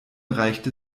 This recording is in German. reichte